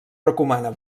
recomana